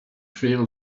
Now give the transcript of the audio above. feel